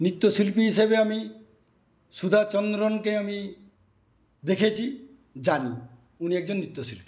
নৃত্যশিল্পী হিসেবে আমি সুধাচন্দ্রনকে আমি দেখেছি জানি উনি একজন নৃত্যশিল্পী